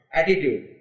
Attitude